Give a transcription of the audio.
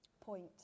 point